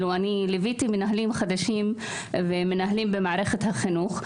ליוויתי מנהלים חדשים ומנהלים במערכת החינוך,